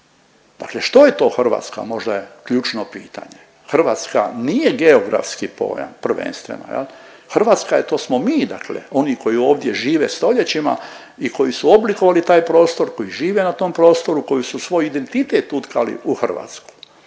dakle što je to Hrvatska, možda je ključno pitanje. Hrvatska nije geografski pojam prvenstveno jel, Hrvatska je, to smo mi, dakle oni koji ovdje žive 100-ljećima i koji su oblikovali taj prostor, koji žive na tom prostoru, koji su svoj identitet utkali u Hrvatsku.